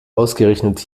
ausgerechnet